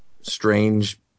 strange